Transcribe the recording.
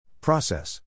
Process